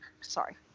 Sorry